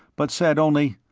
but said only,